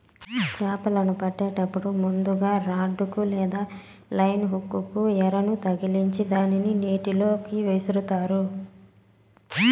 చాపలను పట్టేటప్పుడు ముందుగ రాడ్ కు లేదా లైన్ హుక్ కు ఎరను తగిలిచ్చి దానిని నీళ్ళ లోకి విసురుతారు